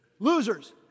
losers